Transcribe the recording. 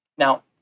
Now